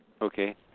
Okay